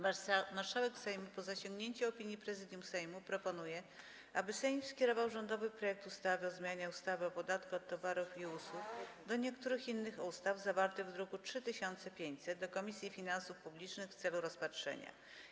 Marszałek Sejmu, po zasięgnięciu opinii Prezydium Sejmu, proponuje, aby Sejm skierował rządowy projekt ustawy o zmianie ustawy o podatku od towarów i usług oraz niektórych innych ustaw, zawarty w druku nr 3500, do Komisji Finansów Publicznych w celu rozpatrzenia.